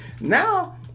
Now